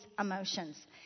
emotions